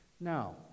Now